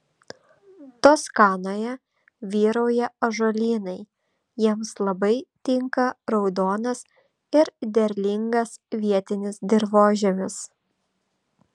toskanoje vyrauja ąžuolynai jiems labai tinka raudonas ir derlingas vietinis dirvožemis